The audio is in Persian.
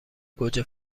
گوجه